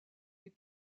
les